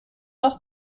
noch